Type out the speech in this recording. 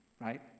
right